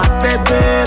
baby